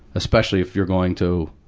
especially if you're going to,